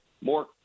more